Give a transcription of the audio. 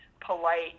polite